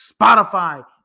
spotify